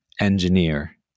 engineer